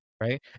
right